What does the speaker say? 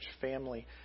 family